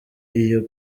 iyo